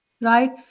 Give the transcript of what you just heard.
right